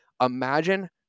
imagine